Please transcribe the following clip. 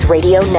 Radio